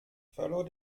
verlor